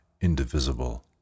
indivisible